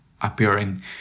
appearing